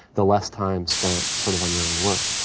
the less time spent sort of on your own work.